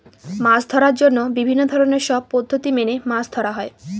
মাছ ধরার জন্য বিভিন্ন ধরনের সব পদ্ধতি মেনে মাছ ধরা হয়